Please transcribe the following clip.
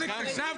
אלכס,